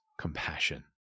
compassion